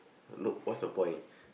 nope what's the point